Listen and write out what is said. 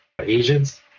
Agents